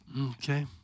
Okay